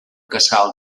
casal